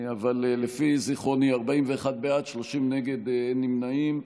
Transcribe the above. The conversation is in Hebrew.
אבל לפי זיכרוני, 41 בעד, 30 נגד, אין נמנעים.